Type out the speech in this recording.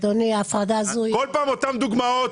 כל פעם אותן דוגמאות.